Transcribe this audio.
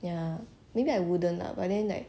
ya maybe I wouldn't lah but then like